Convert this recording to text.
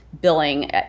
billing